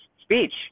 speech